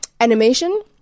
Animation